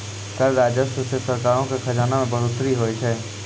कर राजस्व से सरकारो के खजाना मे बढ़ोतरी होय छै